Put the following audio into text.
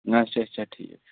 اچھا اچھا ٹھیٖک چھُ